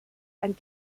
and